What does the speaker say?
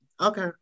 Okay